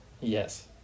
Yes